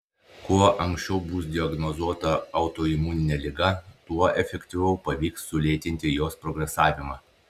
kuo anksčiau bus diagnozuota autoimuninė liga tuo efektyviau pavyks sulėtinti jos progresavimą